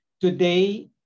Today